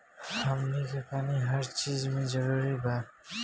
हमनी के पानी हर चिज मे जरूरी बा